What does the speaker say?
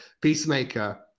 Peacemaker